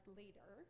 later